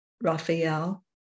Raphael